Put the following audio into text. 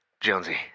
Jonesy